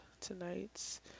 tonight's